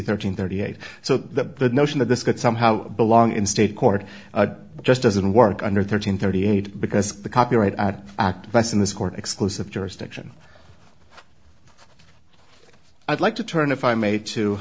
thirteen thirty eight so the notion that this could somehow belong in state court just doesn't work under thirteen thirty eight because the copyright at act less in this court exclusive jurisdiction i'd like to turn if i ma